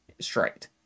straight